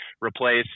replace